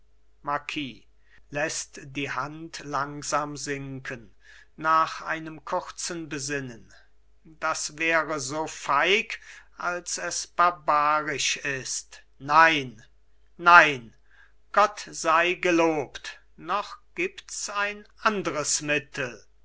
marquis läßt die hand langsam sinken nach einem kurzen besinnen das wäre so feig als es barbarisch ist nein nein gott sei gelobt noch gibts ein andres mittel